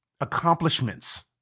accomplishments